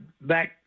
back